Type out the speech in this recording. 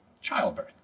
childbirth